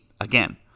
Again